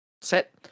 Set